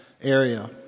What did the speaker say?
area